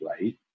Right